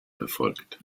erfolgt